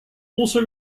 also